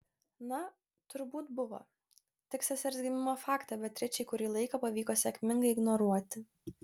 na turbūt buvo tik sesers gimimo faktą beatričei kurį laiką pavyko sėkmingai ignoruoti